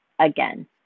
again